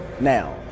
now